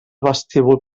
vestíbul